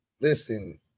listen